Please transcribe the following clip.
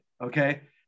okay